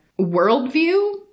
worldview